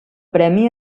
premi